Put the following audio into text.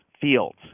fields